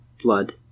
blood